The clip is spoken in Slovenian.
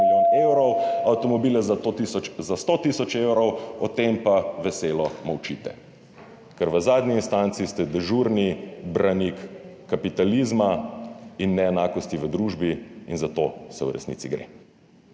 milijon evrov, avtomobile za 100 tisoč evrov, o tem pa veselo molčite. Ker v zadnji instanci ste dežurni branik kapitalizma in neenakosti v družbi in za to v resnici gre.